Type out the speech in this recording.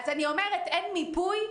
אני אומרת שאין מיפוי,